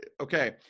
Okay